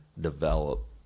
develop